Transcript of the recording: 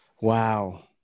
Wow